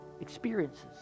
experiences